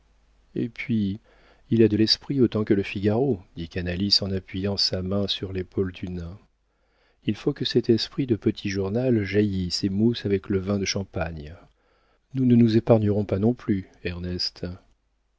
et puis il a de l'esprit autant que le figaro dit canalis en appuyant sa main sur l'épaule du nain il faut que cet esprit de petit journal jaillisse et mousse avec le vin de champagne nous ne nous épargnerons pas non plus ernest